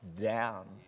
down